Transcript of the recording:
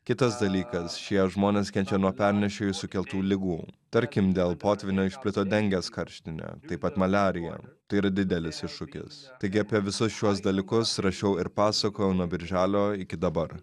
kitas dalykas šie žmonės kenčia nuo pernešėjų sukeltų ligų tarkim dėl potvynio išplito dengės karštinė taip pat maliarija tai yra didelis iššūkis taigi apie visus šiuos dalykus rašiau ir pasakojau nuo birželio iki dabar